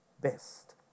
best